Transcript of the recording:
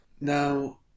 Now